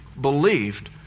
believed